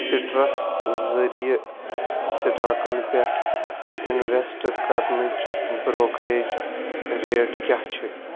سِٹرس ذٔریعہِ سٹاکَن پٮ۪ٹھ انویسٹ کرنٕچ بروکریج ریٹ کیٛاہ چھِ